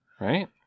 right